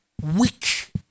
Weak